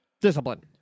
Discipline